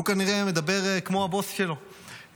והוא כנראה מדבר כמו הבוס שלו,